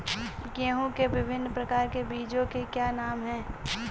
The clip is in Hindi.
गेहूँ के विभिन्न प्रकार के बीजों के क्या नाम हैं?